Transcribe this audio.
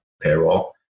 payroll